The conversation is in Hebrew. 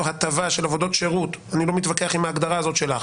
הטבה של עבודות שירות אני לא מתווכח עם ההגדרה הזאת שלך